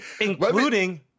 Including